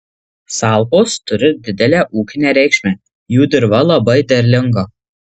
salpos turi didelę ūkinę reikšmę jų dirva labai derlinga